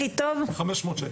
חמש מאות שקל.